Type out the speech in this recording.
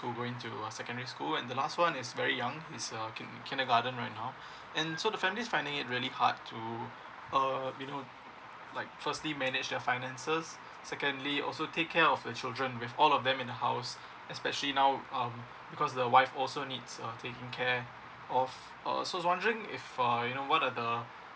school going to secondary school and the last one is very young it's uh kinder~ kindergarten right now and so the families finding it really hard to uh you know like firstly manage their finances secondly also take care of the children with all of them in a house especially now um because the wife also needs a taking care of so I was wondering if uh know what are the